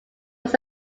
was